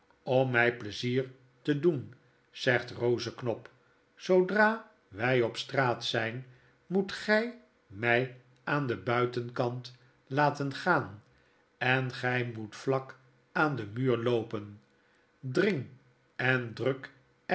om mij pleizier te doen zegt rozeknop zoodra wy op straat zy n moet gy my aan den buitenkant laten gaan en gy moet vlak aan den muur loopen dring en druk